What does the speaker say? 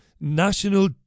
national